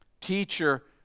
Teacher